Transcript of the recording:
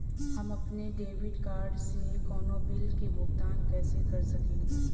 हम अपने debit card से कउनो बिल के भुगतान कइसे कर सकीला?